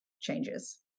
changes